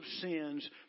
sins